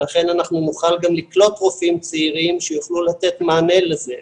לכן אנחנו נוכל גם לקלוט רופאים צעירים שיוכלו לתת מענה לזה,